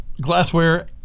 glassware